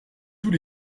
tous